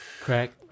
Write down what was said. Crack